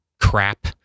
crap